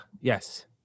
Yes